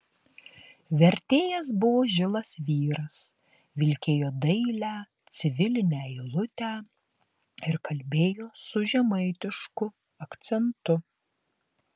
vertėjas buvo žilas vyras vilkėjo dailią civilinę eilutę ir kalbėjo su žemaitišku akcentu